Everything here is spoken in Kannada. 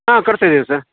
ಹಾಂ ಕರ್ಸಿದೀವಿ ಸರ್